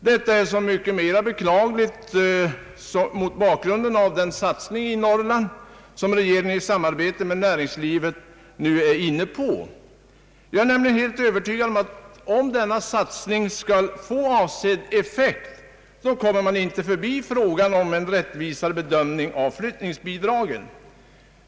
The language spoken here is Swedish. Detta är så mycket mera beklagligt mot bakgrunden av den satsning i Norrland som regeringen i samarbete med näringslivet nu är inne på. Jag är nämligen helt övertygad om att om denna satsning skall få avsedd effekt, då kommer man inte förbi frågan om en rättvisare bedömning av flyttningsbidragen.